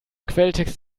quelltext